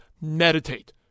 meditate